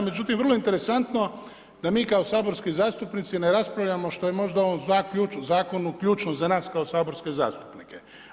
Međutim, vrlo je interesantno da mi kao saborski zastupnici, ne raspravljamo, što je možda u ovom Zakonu ključno za nas kao saborske zastupnike.